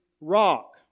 rock